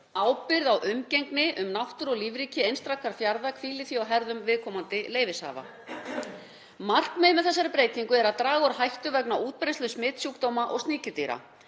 Ábyrgð á umgengni um náttúru og lífríki einstaka fjarðar hvílir því á herðum viðkomandi leyfishafa. Markmiðið með þessari breytingu er að draga úr áhættu vegna útbreiðslu smitsjúkdóma og sníkjudýra.